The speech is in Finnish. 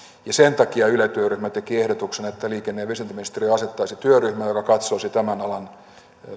sen takia yle työryhmä teki ehdotuksen että liikenne ja viestintäministeriö asettaisi työryhmän joka katsoisi tämän alan